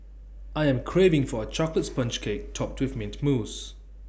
I am craving for A Chocolate Sponge Cake Topped with Mint Mousse